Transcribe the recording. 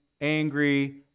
angry